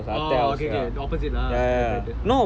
orh okay okay opposite lah right right